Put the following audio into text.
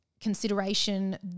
consideration